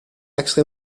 extra